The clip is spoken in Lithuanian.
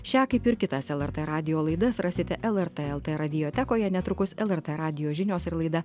šią kaip ir kitas lrt radijo laidas rasite lrt lt radiotekoje netrukus lrt radijo žinios ir laida